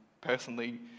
personally